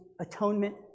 Atonement